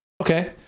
okay